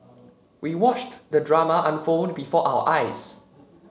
we watched the drama unfold before our eyes